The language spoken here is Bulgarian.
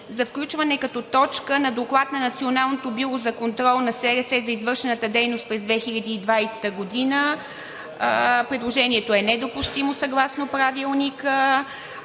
за включване като точка на Доклад на Националното бюро за контрол на СРС за извършената дейност през 2020 г. – предложението е недопустимо съгласно Правилника.